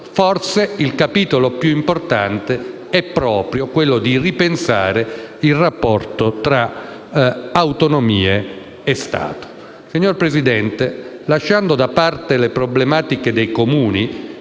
forse il più importante è proprio quello che riguarda la revisione del rapporto tra autonomie e Stato. Signor Presidente, lasciando da parte le problematiche dei Comuni,